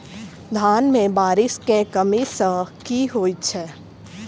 धान मे बारिश केँ कमी सँ की होइ छै?